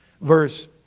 Verse